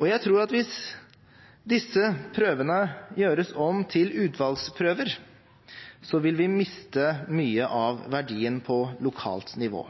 Og jeg tror at hvis disse prøvene gjøres om til utvalgsprøver, vil vi miste mye av verdien på lokalt nivå.